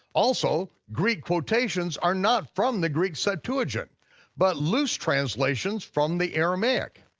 also, greek quotations are not from the greek septuagint but loose translations from the aramaic.